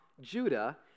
Judah